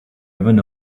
even